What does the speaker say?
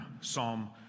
Psalm